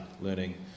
learning